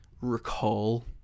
Recall